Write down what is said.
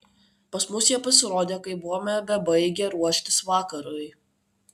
pas mus jie pasirodė kai buvome bebaigią ruoštis vakarui